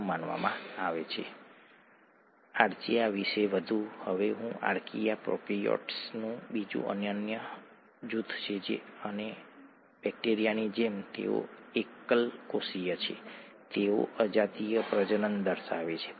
આના તૂટવાથી એવી ઊર્જા પ્રાપ્ત થશે જે બળતણને કરી શકે છે અથવા જે વિવિધ કોષીય કામગીરી માટે ઊર્જા પ્રદાન કરી શકે છે